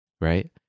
right